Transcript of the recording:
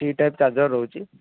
ଟି type charger ରହୁଛି